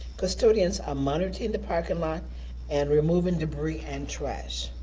custodians are monitoring the parking lot and removing debris and trash.